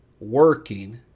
Working